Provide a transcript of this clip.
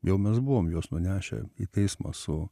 jau mes buvom juos nunešę į teismą su